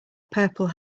purple